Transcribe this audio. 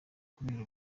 kubera